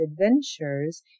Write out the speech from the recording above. adventures